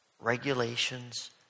regulations